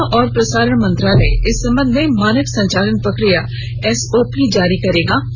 सूचना और प्रसारण मंत्रालय इस संबंध में मानक संचालन प्रशिक्र या एसओपी जारी करेगा